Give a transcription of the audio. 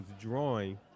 drawing